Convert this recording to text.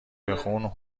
بخون